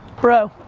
bro.